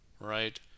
right